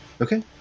Okay